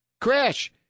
Crash